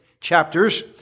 chapters